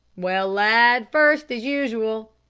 well, lad, first as usual,